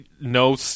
No